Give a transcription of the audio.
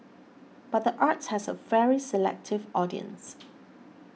but the arts has a very selective audience